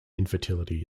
infertility